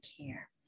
care